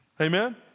Amen